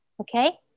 okay